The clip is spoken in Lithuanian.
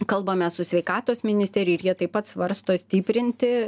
kalbame su sveikatos ministerija ir jie taip pat svarsto stiprinti